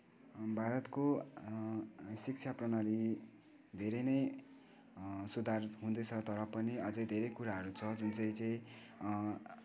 भारतको शिक्षा प्रणाली धेरै नै सुधार हुँदैछ तरपनि अझै धेरै कुराहरू छ जुन चाहिँ चाहिँ